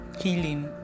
healing